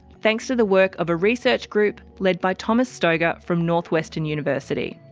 thanks to the work of a research group led by thomas stoeger from northwestern university.